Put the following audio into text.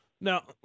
Now